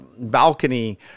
balcony